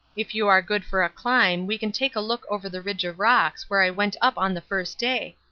if you are good for a climb we can take a look over the ridge of rocks where i went up on the first day.